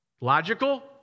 Logical